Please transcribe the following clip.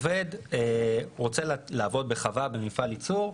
עובד רוצה לעבוד בחווה במפעל ייצור,